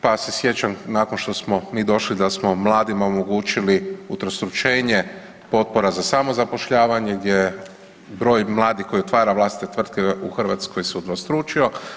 Pa se sjećam nakon što smo mi došli da smo mladima omogućili utrostručenje potpora za samozapošljavanje, gdje broj mladih koji otvara vlastite tvrtke u Hrvatskoj se udvostručio.